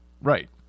Right